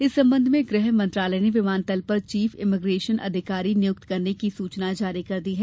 इस संबंध में गृह मंत्रालय ने विमानतल पर चीफ इमिग्रेसन अधिकारी नियुक्त करने की अधिसूचना जारी कर दी है